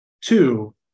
Two